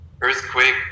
earthquake